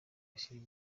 ushyira